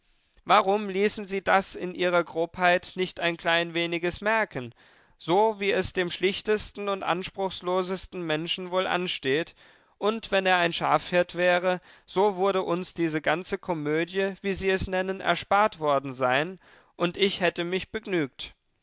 warum ließen sie das in ihrer grobheit nicht ein klein weniges merken so wie es dem schlichtesten und anspruchslosesten menschen wohl ansteht und wenn er ein schafhirt wäre so wurde uns diese ganze komödie wie sie es nennen erspart worden sein und ich hätte mich begnügt